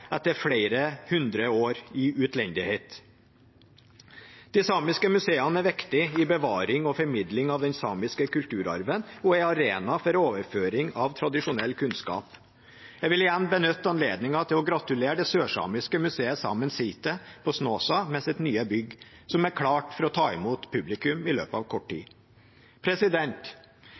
etter flere hundre år i utlendighet. De samiske museene er viktige i bevaringen og formidlingen av den samiske kulturarven og er en arena for overføring av tradisjonell kunnskap. Jeg vil igjen benytte anledningen til å gratulere det sørsamiske museet Saemien Sitje på Snåsa med sitt nye bygg, som er klart for å ta imot publikum i løpet av kort tid.